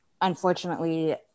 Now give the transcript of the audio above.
unfortunately